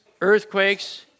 earthquakes